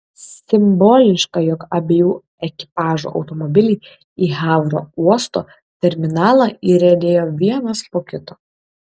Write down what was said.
simboliška jog abiejų ekipažų automobiliai į havro uosto terminalą įriedėjo vienas po kito